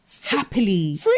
happily